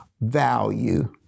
value